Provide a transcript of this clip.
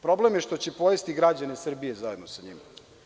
Problem je što će pojesti građane Srbije zajedno sa njima.